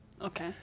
Okay